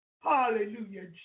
Hallelujah